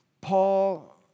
Paul